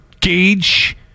gauge